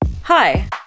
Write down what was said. Hi